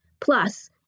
Plus